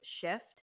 shift